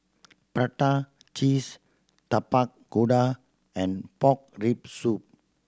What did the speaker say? prata cheese Tapak Kuda and pork rib soup